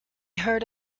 heard